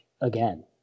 again